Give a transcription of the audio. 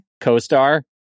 co-star